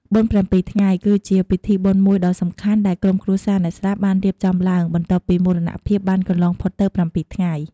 បុណ្យប្រាំពីរថ្ងៃ គឺជាពិធីបុណ្យមួយដ៏សំខាន់ដែលក្រុមគ្រួសារអ្នកស្លាប់បានរៀបចំឡើង បន្ទាប់ពីមរណភាពបានកន្លងផុតទៅ ៧ថ្ងៃ។